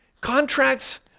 Contracts